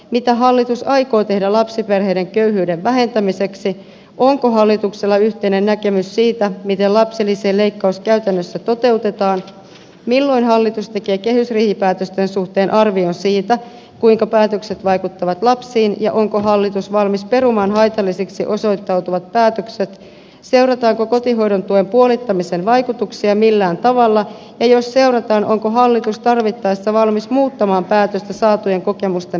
mitä hallitus aikoo tehdä lapsiperheiden köyhyyden vähentämiseksi onko hallituksella yhteinen näkemys siitä miten lapsilisien leikkaus käytännössä toteutetaan milloin hallitus tekee kehysriipäätösten suhteen arvion siitä kuinka päätökset vaikuttavat lapsiin ja onko hallitus valmis perumaan haitallisiksi osoittautuvat päätökset seurataanko kotihoidon tuen puolittamisen vaikutuksia millään tavalla jos seurataan onko hallitus tarvittaessa valmis muuttamaan päätöstä saatujen kokemusten